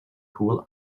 pool